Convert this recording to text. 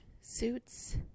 Suits